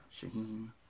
Shaheen